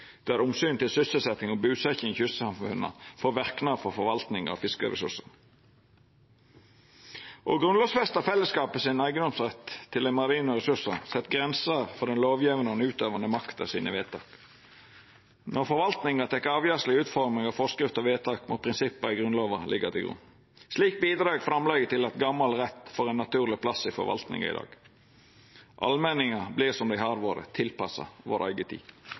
der omsynet til sysselsetjing og busetjing i kystsamfunna får verknad for forvaltninga av fiskeressursane. Å grunnlovfesta fellesskapets eigedomsrett til dei marine ressursane set grenser for vedtaka den lovgjevande og den utøvande makta gjer. Når forvaltninga tek avgjerder i utforming av forskrifter og vedtak, må prinsippa i Grunnlova liggja til grunn. Slik bidreg framlegget til at gamal rett får ein naturleg plass i forvaltninga i dag. Allmenningar blir – som dei har vore – tilpassa vår